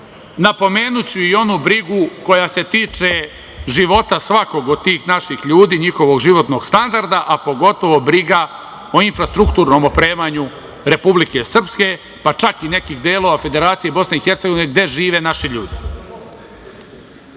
napomenuću i onu brigu koja se tiče života svakog od tih naših ljudi, njihovog životnog standarda, a pogotovo briga o infrastrukturnom opremanju Republike Srpske, pa čak i nekih delova Federacije BiH gde žive naši